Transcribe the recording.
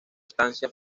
estancia